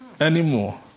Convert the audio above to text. anymore